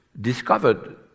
discovered